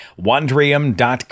Wondrium.com